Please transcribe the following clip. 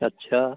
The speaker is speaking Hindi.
अच्छा